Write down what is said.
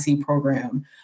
program